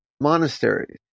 monasteries